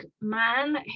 man